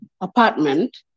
apartment